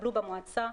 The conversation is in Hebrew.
שהתקבלו במועצה,